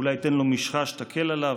אולי ייתן לו משחה שתקל עליו,